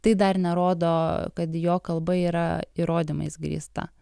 tai dar nerodo kad jo kalba yra įrodymais grįsta